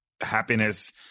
happiness